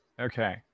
okay